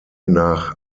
nach